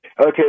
Okay